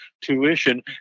tuition